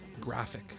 graphic